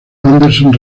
anderson